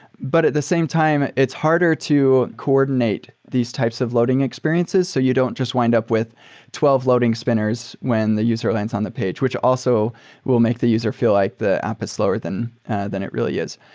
but at the same time, it's harder to coordinate these types of loading experiences so you don't just wind up with twelve loading spinners when the user lands on the page, which also will make the user feel like the app is slower than than it really is.